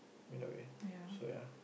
in a way so ya